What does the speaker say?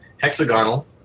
Hexagonal